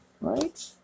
Right